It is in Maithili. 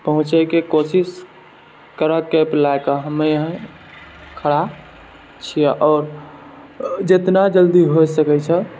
पहुँचैके कोशिश करऽ कैब लए कऽ हमे यहाँ खड़ा छियै आओर जेतना जल्दी हो सकै छै